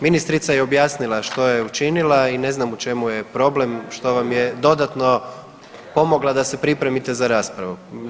Ministrica je objasnila što je učinila i ne znam u čemu je problem što vam je dodatno pomogla da se pripremite za raspravu.